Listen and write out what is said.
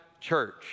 church